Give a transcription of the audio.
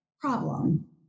problem